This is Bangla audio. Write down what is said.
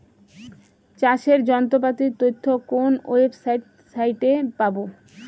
চাষের যন্ত্রপাতির তথ্য কোন ওয়েবসাইট সাইটে পাব?